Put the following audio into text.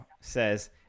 says